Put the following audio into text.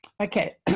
Okay